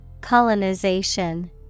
Colonization